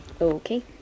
Okay